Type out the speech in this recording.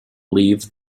leave